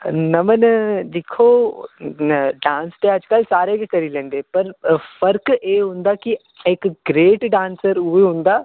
नमन दिक्खो डांस ते अजकल सारे गै करी लैंदे पर फर्क एह् होंदा कि इक ग्रेट डांसर उ'ऐ होंदा